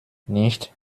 nicht